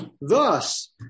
thus